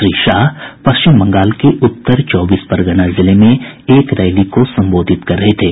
श्री शाह पश्चिम बंगाल के उत्तरचौबीस परगना जिले में एक रैली को संबोधित कर रहे थे